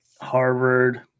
Harvard